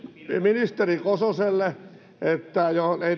ministeri kososelle teiltä ei vielä tullut siihen